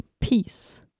Peace